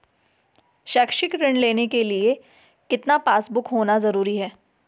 शैक्षिक ऋण लेने के लिए कितना पासबुक होना जरूरी है?